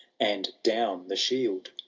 and down the shield,